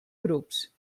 grups